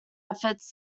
efforts